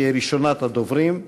שתהיה ראשונת הדוברים.